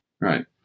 Right